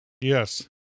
Yes